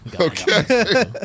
okay